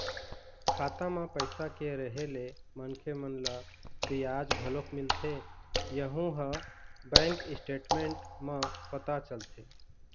खाता म पइसा के रेहे ले मनखे मन ल बियाज घलोक मिलथे यहूँ ह बैंक स्टेटमेंट म पता चलथे